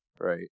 right